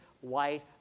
white